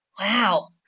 Wow